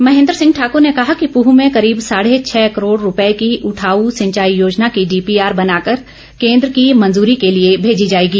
महेंद्र सिंह ठाकुर ने कहा कि पूह में करीब साढ़े छः करोड़ रुपए की उठाऊ सिंचाई योजना की डीपीआर बना कर केंद्र की मंजूरी के लिए भेजी जाएगी